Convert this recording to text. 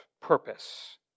purpose